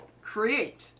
create